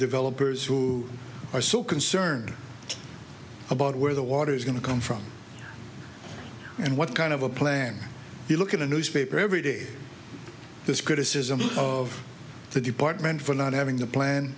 developers who are so concerned about where the water is going to come from and what kind of a plan you look at the newspaper every day this criticism of the department for not having